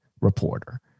reporter